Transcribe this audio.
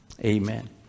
Amen